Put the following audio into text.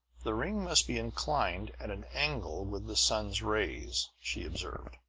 the ring must be inclined at an angle with the sun's rays, she observed.